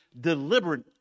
deliberate